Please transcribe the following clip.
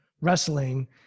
wrestling